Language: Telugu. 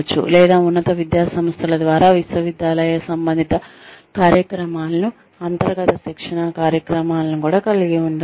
లేదా ఉన్నత విద్యాసంస్థల ద్వారా విశ్వవిద్యాలయ సంబంధిత కార్యక్రమాలను అంతర్గత శిక్షణా కార్యక్రమాలను కూడా కలిగి ఉండవచ్చు